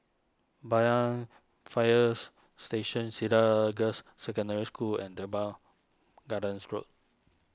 Banyan Fires Station Cedar Girls' Secondary School and Teban Gardens Road